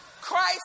Christ